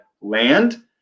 land